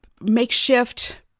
makeshift